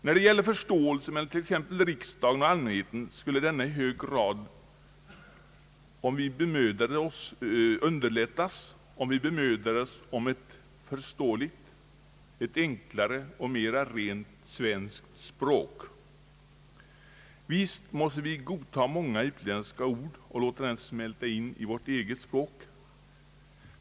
När det gäller förståelsen mellan t.ex. riksdagen och allmänheten skulle den na i hög grad underlättas om vi bemödade oss om ett förståeligt, enklare och mera rent svenskt språk. Visst måste vi godta många utländska ord och låta dem smälta in i vårt eget språk.